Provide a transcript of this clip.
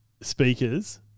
speakers